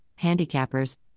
handicappers